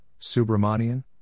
Subramanian